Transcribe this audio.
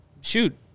shoot